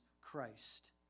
Christ